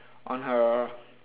on her